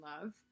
love